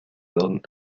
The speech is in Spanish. don